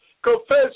Confess